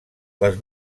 les